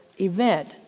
event